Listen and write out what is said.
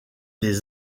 les